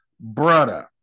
brother